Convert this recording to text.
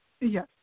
Yes